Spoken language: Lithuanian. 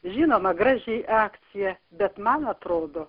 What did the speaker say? žinoma graži akcija bet man atrodo